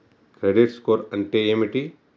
Credit score అంటే ఏమిటి?